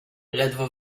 ledwo